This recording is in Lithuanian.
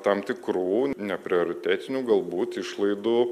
tam tikrų neprioritetinių galbūt išlaidų